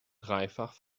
dreifach